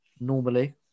normally